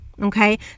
Okay